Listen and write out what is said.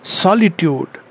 solitude